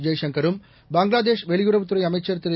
ஜெய்சங்கரும் பங்களாதேஷ் வெளியுறவுத்துறை அமைச்சர் திரு